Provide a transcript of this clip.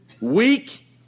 Weak